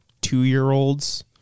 two-year-olds